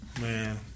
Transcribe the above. Man